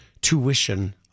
tuition